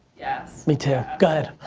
yes. me too. go head.